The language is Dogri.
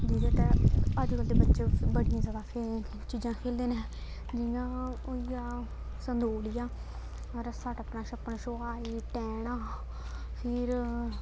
इ'यै ते अजकल्ल दे बच्चे उस बड़ियां जैदा आखें चीजां खेलदे न जियां होई आ संतोलिया रस्सा टप्पना छप्पना छोआई टैना फिर